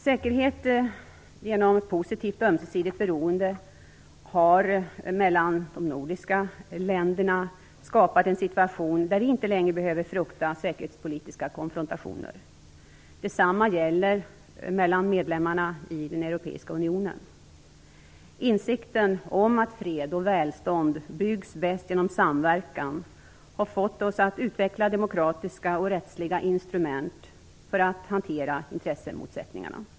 Säkerhet genom positivt och ömsesidigt beroende har mellan de nordiska länderna skapat en situation där vi inte längre behöver frukta säkerhetspolitiska konfrontationer. Detsamma gäller mellan medlemmarna i Europeiska unionen. Insikten om att fred och välstånd byggs bäst genom samverkan har fått oss att utveckla demokratiska och rättsliga instrument för att hantera intressemotsättningarna.